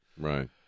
Right